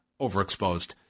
overexposed